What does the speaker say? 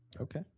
Okay